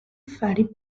ferri